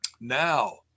Now